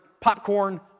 popcorn